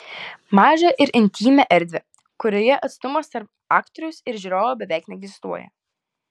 mažą ir intymią erdvę kurioje atstumas tarp aktoriaus ir žiūrovų beveik neegzistuoja